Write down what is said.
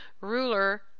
ruler